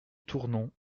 tournon